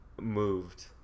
moved